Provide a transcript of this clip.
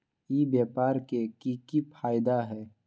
ई व्यापार के की की फायदा है?